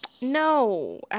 No